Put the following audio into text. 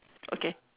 okay